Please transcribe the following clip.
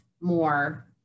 more